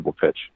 pitch